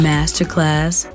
Masterclass